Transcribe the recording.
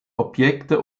objekte